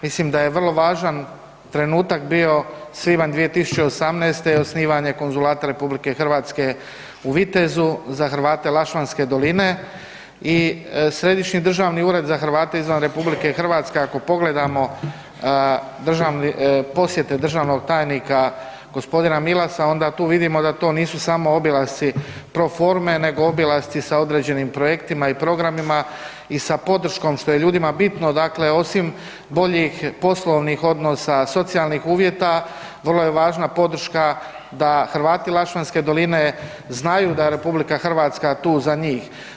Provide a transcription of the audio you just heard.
Mislim da je vrlo važan trenutak bio svibanj 2018. i osnivanja konzulata RH u Vitezu za Hrvate Lašvanske doline i Središnji državni Ured za Hrvate izvan RH ako pogledamo posjete državnog tajnika, g. Milasa, onda tu vidimo da to nisu samo obilasci pro forme nego obilasci sa određenim projektima i programima i sa podrškom što je ljudima bitno, dakle osim boljih poslovnih odnosa, socijalnih uvjeta, vrlo je važna podrška da Hrvati Lašvanske doline znaju da je RH tu za njih.